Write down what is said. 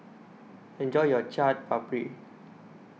Enjoy your Chaat Papri